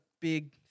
big